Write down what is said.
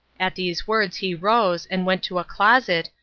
at these words he rose, and went to a closet,